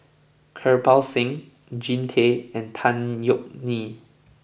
Kirpal Singh Jean Tay and Tan Yeok Nee